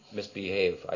misbehave